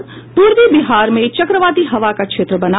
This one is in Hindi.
और पूर्वी बिहार में चक्रवाती हवा का क्षेत्र बना